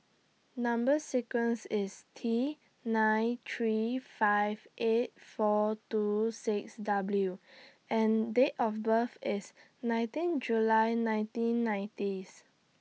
Number sequence IS T nine three five eight four two six W and Date of birth IS nineteen July nineteen ninetieth